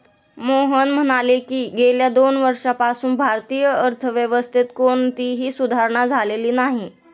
मोहन म्हणाले की, गेल्या दोन वर्षांपासून भारतीय अर्थव्यवस्थेत कोणतीही सुधारणा झालेली नाही